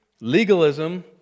legalism